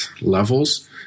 levels